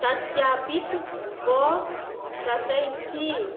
सत्यापित कऽ सकै छी